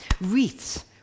Wreaths